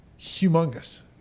humongous